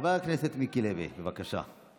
חבר הכנסת מיקי לוי, בבקשה.